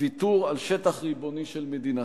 ויתור על שטח ריבוני של מדינתנו.